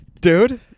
Dude